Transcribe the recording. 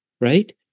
right